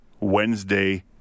Wednesday